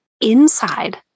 inside